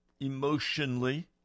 emotionally